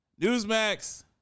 Newsmax